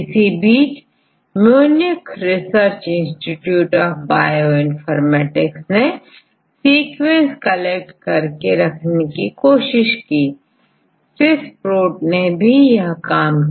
इसी बीच Munich research institute of bioinformatics ने सीक्वेंस कलेक्ट कर के रखने की कोशिश कीSwiss Prot ने भी यह काम किया